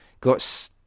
got